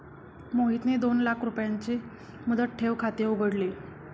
मोहितने दोन लाख रुपयांचे मुदत ठेव खाते उघडले